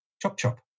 chop-chop